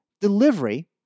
delivery